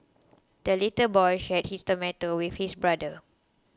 the little boy shared his tomato with his brother